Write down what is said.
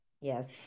Yes